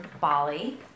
Bali